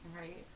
right